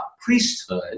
priesthood